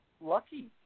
lucky